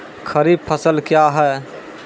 खरीफ फसल क्या हैं?